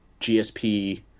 GSP